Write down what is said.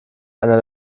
einer